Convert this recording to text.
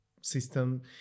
system